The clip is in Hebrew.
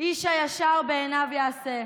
איש הישר בעיניו יעשה".